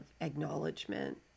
acknowledgement